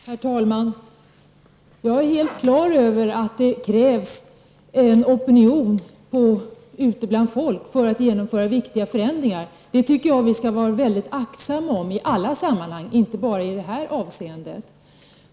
Herr talman! Jag är helt på det klara med att det krävs en opinion ute bland människorna för att genomföra viktiga förändringar. Den skall vi vara mycket aktsamma om i alla sammanhang, inte bara i detta avseende.